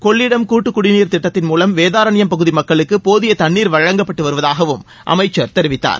கொள்ளிடம் கூட்டுக்குடிநீர் திட்டத்தின் மூலம் வேதாரண்யம் பகுதி மக்களுக்கு போதிய தண்ணீர் வழங்கப்பட்டு வருவதாகவும் அமைச்சர் தெரிவித்தார்